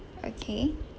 okay